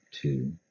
Two